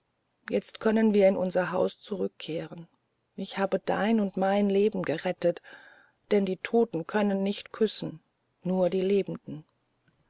jetzt können wir in unser haus zurückkehren ich habe dein und mein leben gerettet denn die toten können sich nicht küssen nur die lebenden